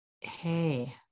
hey